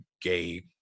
gay